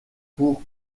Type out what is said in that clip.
pour